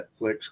netflix